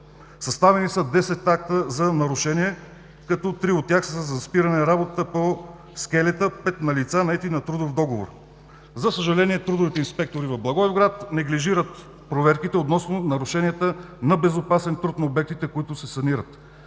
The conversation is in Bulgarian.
Съставени са 10 акта за нарушение, като 3 от тях са за спиране на работата по скелета на лица, наети на трудов договор. За съжаление трудовите инспектори в Благоевград неглижират проверките относно нарушенията на безопасен труд на обектите, които се санират.